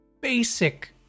Basic